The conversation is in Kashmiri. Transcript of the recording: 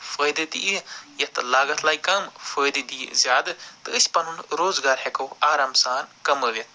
فٲہدٕ تہِ یِیہِ یَتھ لاگتھ لَگہِ کَم فٲہدٕ دِیہِ زیادٕ تہٕ أسۍ پَنُن روزگار ہٮ۪کو آرام سان کَمٲوِتھ